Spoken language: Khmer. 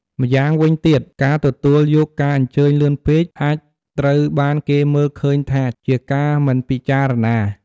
ម្យ៉ាងវិញទៀត ការទទួលយកការអញ្ជើញលឿនពេកអាចត្រូវបានគេមើលឃើញថាជាការមិនពិចារណា។